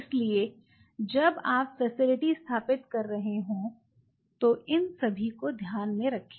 इसलिए जब आप फैसिलिटी स्थापित कर रहे हों तो इन सभी को ध्यान में रखें